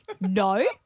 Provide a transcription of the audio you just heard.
No